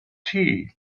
tea